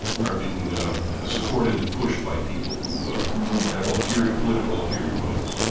are being um ah supported and pushed by people who have ulterior political ulterior motives